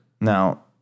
Now